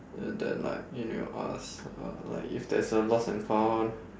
and then like email us um like if there's a lost and found